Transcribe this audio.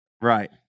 right